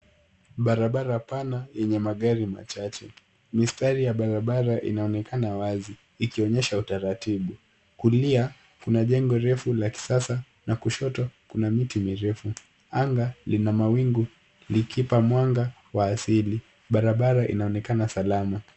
Barabara pana yenye magari machache. Mistari ya barabara inaonekana wazi, ikionyesha utaratibu. Kulia, kuna jengo refu la kisasa na kushoto kuna miti mirefu. Anga lina mawingu likipa mwanga wa asili. Barabara inaonekana salama.